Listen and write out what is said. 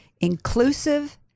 inclusive